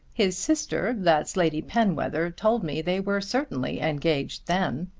his sister that's lady penwether, told me they were certainly engaged then.